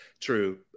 True